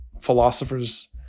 philosophers